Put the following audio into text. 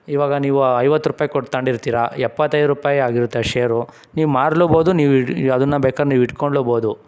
ಇವಾಗ ನೀವು ಐವತ್ತು ರೂಪಾಯಿ ಕೊಟ್ಟು ತೊಗೊಂಡಿರ್ತೀರ ಎಪ್ಪತೈದು ರೂಪಾಯಿ ಆಗಿರುತ್ತೆ ಶೇರು ನೀವು ಮಾರಲೂಬೋದು ನೀವು ಅದನ್ನು ಬೇಕಾರೆ ನೀವು ಇಟ್ಕೊಳ್ಳುಬೋದು